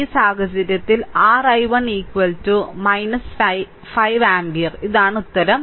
ഈ സാഹചര്യത്തിൽ r I1 5 ampere ഇതാണ് ഉത്തരം